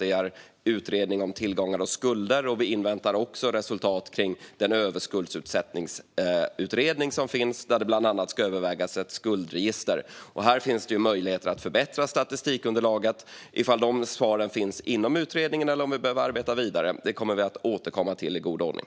Vi har utredningen om tillgångar och skulder, och vi inväntar också resultat kring den överskuldsättningsutredning som finns, där det bland annat ska övervägas ett skuldregister. Här finns det möjlighet att förbättra statistikunderlaget. Om de svaren finns inom utredningen eller om vi behöver arbeta vidare kommer vi att återkomma till i god ordning.